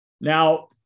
Now